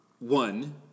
One